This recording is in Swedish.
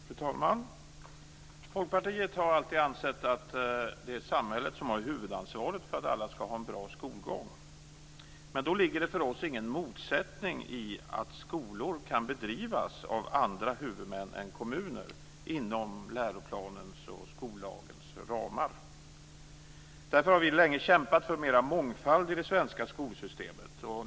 Fru talman! Folkpartiet har alltid ansett att det är samhället som har huvudansvaret för att alla skall ha en bra skolgång. För oss ligger det ingen motsättning i att skolor kan bedrivas av andra huvudmän än kommuner inom läroplanens och skollagens ramar. Vi har därför länge kämpat för mer mångfald i det svenska skolsystemet.